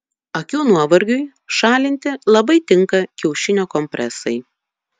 akių nuovargiui šalinti labai tinka kiaušinio kompresai